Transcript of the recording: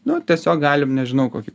nu tiesiog galim nežinau kokį